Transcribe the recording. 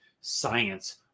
science